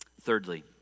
Thirdly